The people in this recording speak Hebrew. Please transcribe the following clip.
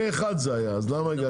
פה אחד זה היה אז למה?